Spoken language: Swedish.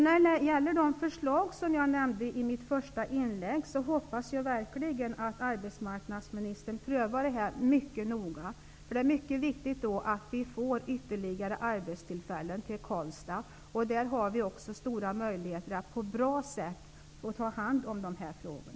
När det gäller de förslag som jag nämnde i mitt första inlägg hoppas jag verkligen att arbetsmarknadsminstern prövar dem mycket noga. Det är mycket viktigt att vi får ytterligare arbetstillfällen i Karlstad, och där har vi också stora möjligheter att på ett bra sätt hantera dessa frågor.